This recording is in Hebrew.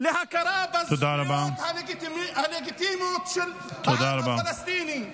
להכרה בזכויות הלגיטימיות של העם הפלסטיני.